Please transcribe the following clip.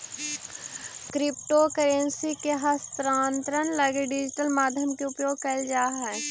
crypto currency के हस्तांतरण लगी डिजिटल माध्यम के उपयोग कैल जा हइ